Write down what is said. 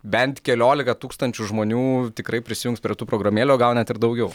bent keliolika tūkstančių žmonių tikrai prisijungs prie tų programėlių o gal net ir daugiau